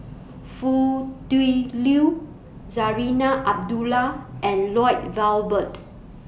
Foo Tui Liew Zarinah Abdullah and Lloyd Valberg